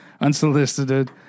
unsolicited